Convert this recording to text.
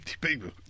people